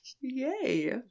Yay